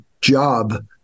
job